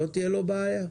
לא תהיה לו בעיה.